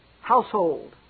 household